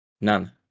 None